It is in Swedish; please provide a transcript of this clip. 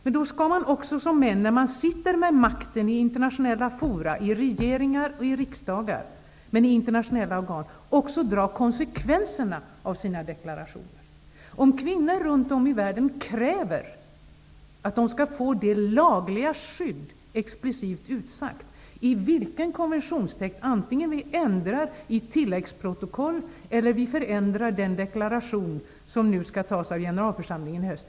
Men när man som män sitter med makten i regeringar och i riksdagar, skall man också i internationella organ dra konsekvenserna av sina deklarationer. Kvinnor runt om i världen kräver att de skall få ett lagligt skydd, explicit utsagt i konventionstext, oavsett om vi ändrar i tilläggsprotokoll eller vi förändrar den deklaration som skall antas i generalförsmlingen i höst.